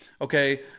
okay